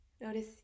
Notice